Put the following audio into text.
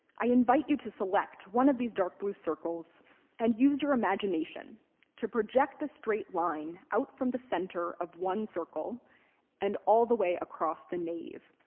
i invite you to select one of these dark blue circles and use your imagination to project a straight line out from the center of one circle and all the way across the nave.